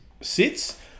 sits